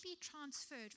transferred